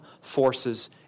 forces